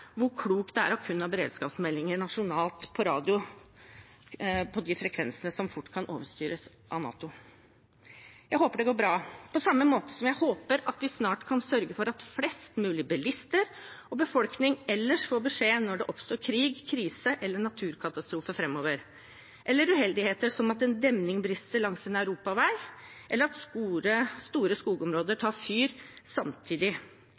hvor klokt det er kun å ha beredskapsmeldinger nasjonalt på radio på de frekvensene som fort kan overstyres av NATO. Jeg håper det går bra, på samme måte som at jeg håper at vi snart kan sørge for at flest mulig bilister og befolkningen ellers får beskjed når det oppstår krig, krise eller naturkatastrofer framover, eller uheldige situasjoner, som at en demning brister langs en europavei, eller at store skogområder tar fyr samtidig